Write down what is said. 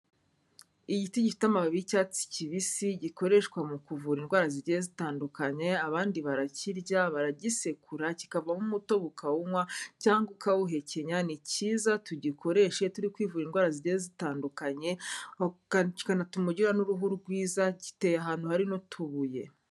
Igiti gifite amababi y'icyatsi kibisi gikoreshwa mu kuvura indwara zigiye zitandukanye, abandi barakirya baragisekura kikavamo umutobo ukawunywa cyangwa ukawuhekenya, ni kiza tugikoreshe turi kwivura indwara zigiye zitandukanye kikanatuma ugira n'uruhu rwiza giteye ahantu hari n'utubuye.